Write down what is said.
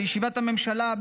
בישיבת הממשלה,